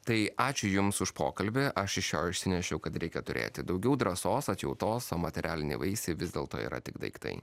tai ačiū jums už pokalbį aš iš jo išsinešiau kad reikia turėti daugiau drąsos atjautos o materialiniai vaisiai vis dėlto yra tik daiktai